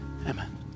amen